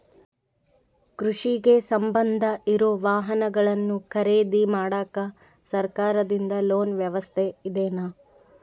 ಕೃಷಿಗೆ ಸಂಬಂಧ ಇರೊ ವಾಹನಗಳನ್ನು ಖರೇದಿ ಮಾಡಾಕ ಸರಕಾರದಿಂದ ಲೋನ್ ವ್ಯವಸ್ಥೆ ಇದೆನಾ?